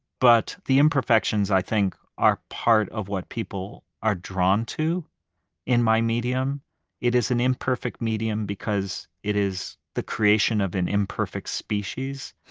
but the imperfections, i think, are part of what people are drawn to in my medium it is an imperfect medium because it is the creation of an imperfect species,